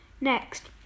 Next